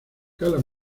cala